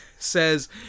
Says